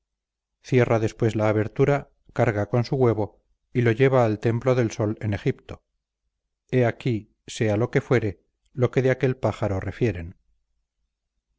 cierra después la abertura carga con su huevo y lo lleva al templo del sol en egipto he aquí sea lo que fuere lo que de aquel pájaro refieren